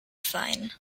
sein